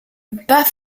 bas